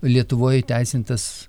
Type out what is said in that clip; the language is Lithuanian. lietuvoj įteisintas